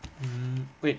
mm wait